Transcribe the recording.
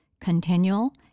continual